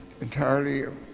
entirely